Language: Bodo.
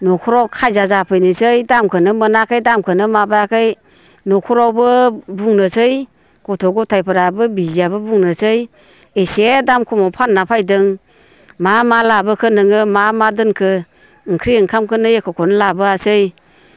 न'खराव खायजिया जाफैनोसै दामखोनो मोनाखै दामखोनो माबायाखै न'खरावबो बुंनोसै गथ' गथायफोराबो बिसियाबो बुंनोसै एसे दाम खमाव फानना फैदों मा मा लाबोखो नोङो मा मा दोनखो ओंख्रि ओंखामखोनो एख'खौनो लाबोआसै